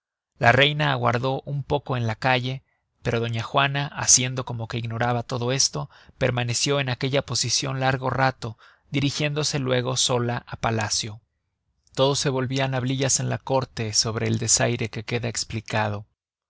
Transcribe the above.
la reina aguardó un poco en la calle pero doña juana haciendo como que ignoraba todo esto permaneció en aquella posicion largo rato dirigiéndose luego sola á palacio todo se volvian hablillas en la córte sobre el desaire que queda esplicado